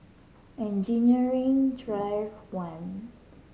Engineering Drive One